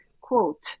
quote